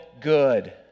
good